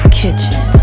kitchen